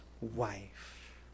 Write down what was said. wife